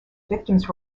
victims